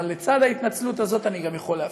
אבל לצד ההתנצלות הזאת אני גם יכול להבטיח: